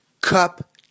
Cup